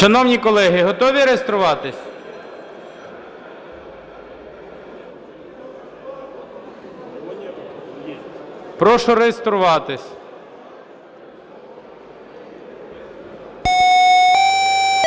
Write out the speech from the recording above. Шановні колеги, готові реєструватися? Прошу реєструватися.